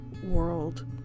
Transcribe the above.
world